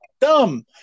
dumb